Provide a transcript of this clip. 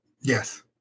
Yes